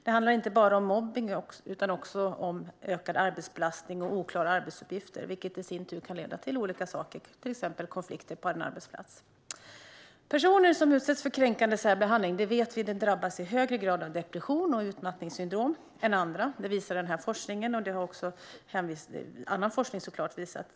Det handlar inte bara om mobbning utan även om ökad arbetsbelastning och oklara arbetsuppgifter. Detta kan i sin tur leda till olika saker, till exempel konflikter på en arbetsplats. Vi vet att personer som utsätts för kränkande särbehandling i högre grad än andra drabbas av depression och utmattningssyndrom. Det visar denna forskning, och det har även annan forskning såklart visat.